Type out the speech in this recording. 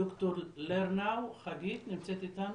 ד"ר חגית לרנאו נמצאת איתנו?